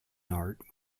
art